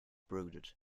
brooded